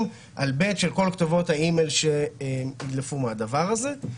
על כל כתובות האימייל שהודלפו מהדבר הזה.